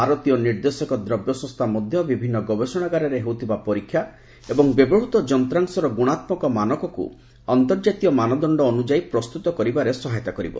ଭାରତୀୟ ନିର୍ଦ୍ଦେଶକ ଦ୍ରବ୍ୟ ସଂସ୍ଥା ମଧ୍ୟ ବିଭିନ୍ନ ଗବେଷଣାଗାରରେ ହେଉଥିବା ପରୀକ୍ଷା ଏବଂ ବ୍ୟବହୃତ ଯନ୍ତ୍ରାଂଶର ଗୁଣାତ୍ମକ ମାନକକୁ ଅନ୍ତର୍ଜାତୀୟ ମାନଦଶ୍ଡ ଅନୁଯାୟୀ ପ୍ରସ୍ତୁତ କରିବାରେ ସହାୟତା କରିବ